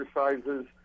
exercises